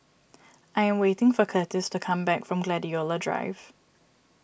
I am waiting for Curtis to come back from Gladiola Drive